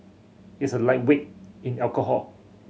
he is a lightweight in alcohol